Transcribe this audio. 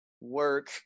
work